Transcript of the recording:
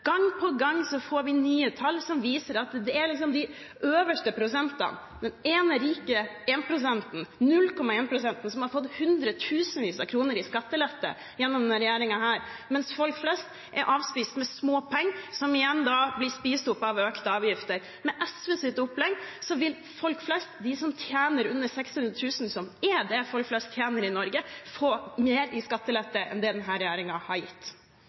Gang på gang får vi nye tall som viser at det er de øverste prosentene, den ene rike 0,1 prosenten, som har fått hundretusenvis av kroner i skattelette med denne regjeringen, mens folk flest er avspist med småpenger som igjen blir spist opp av økte avgifter. Med SVs opplegg vil folk flest, de som tjener under 600 000 kr, som er det folk flest tjener i Norge, få mer i skattelette enn det denne regjeringen har gitt.